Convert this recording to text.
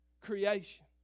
creation